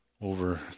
over